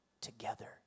together